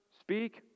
speak